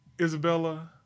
Isabella